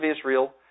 Israel